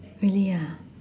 really ah